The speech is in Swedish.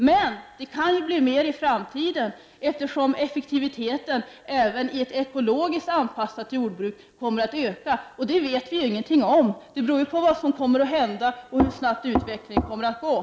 Men det kan bli mer i framtiden, eftersom effektiviteten kommer att öka även i ett ekologiskt anpassat jordbruk, och det vet vi ingenting om — det beror på vad som händer och hur snabbt utvecklingen går.